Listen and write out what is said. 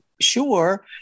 sure